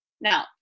Now